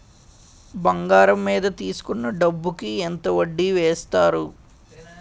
బంగారం మీద తీసుకున్న డబ్బు కి ఎంత వడ్డీ వేస్తారు?